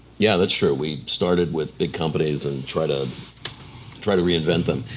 yeah, that's true. we started with big companies and tried to tried to reinvent them.